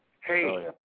Hey